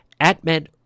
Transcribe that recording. AtMed